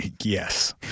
Yes